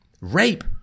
Rape